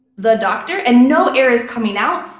the doctor, and no air is coming out,